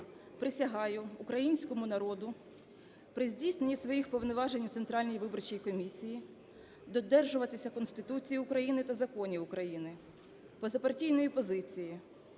присягаю українському народу при здійсненні своїх повноважень в Центральній виборчій комісії додержуватися Конституції України та законів України, позапартійної позиції,